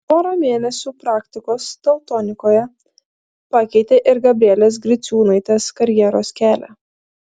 pora mėnesių praktikos teltonikoje pakeitė ir gabrielės griciūnaitės karjeros kelią